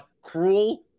Cruel